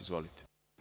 Izvolite.